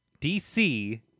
DC